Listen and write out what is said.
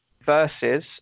versus